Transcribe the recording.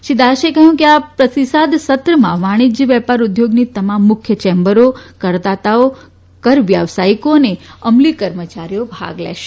શ્રી દાસે કહયું કે આ પ્રતિસાદ સત્રમાં વાણિજય વેપાર ઉદ્યોગની તમામ મુખ્ય ચેમ્બરો કરદાતાઓ કર વ્યવસાયિકો અને અમલી કર્મચારીઓ ભાગ લેશે